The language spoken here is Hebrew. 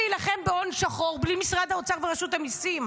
אי-אפשר להילחם בהון שחור בלי משרד האוצר ורשות המיסים,